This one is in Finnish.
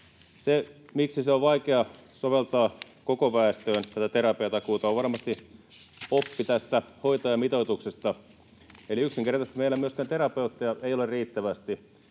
terapiatakuuta on vaikea soveltaa koko väestöön, on varmasti oppi hoitajamitoituksesta. Eli yksinkertaisesti meillä ei ole myöskään